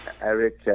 Eric